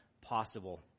possible